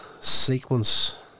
sequence